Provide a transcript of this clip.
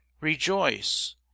rejoice